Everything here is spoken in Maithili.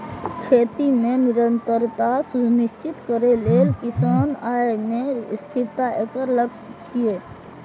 खेती मे निरंतरता सुनिश्चित करै लेल किसानक आय मे स्थिरता एकर लक्ष्य छियै